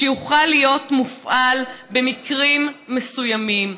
שיוכל להיות מופעל במקרים מסוימים.